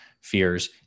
fears